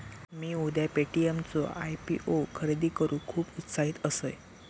मिया उद्या पे.टी.एम चो आय.पी.ओ खरेदी करूक खुप उत्साहित असय